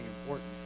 important